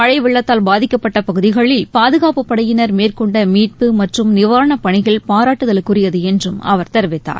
மழை வெள்ளத்தால் பாதிக்கப்பட்ட பகுதிகளில் பாதுகாப்புப் படையினர் மேற்கொண்ட மீட்பு மற்றும் நிவாரணப் பணிகள் பாராட்டுதலுக்குரியது என்றும் அவர் தெரிவித்தார்